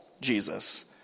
Jesus